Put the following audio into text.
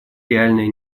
реальная